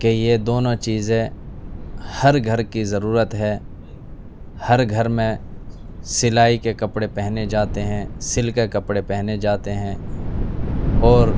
کہ یہ دونوں چیزیں ہر گھر کی ضرورت ہے ہر گھر میں سلائی کے کپڑے پہنے جاتے ہیں سل کے کپڑے پہنے جاتے ہیں اور